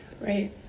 Right